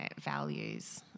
values